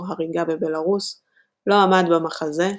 הריגה בבלארוס – לא עמד במחזה והתעלף.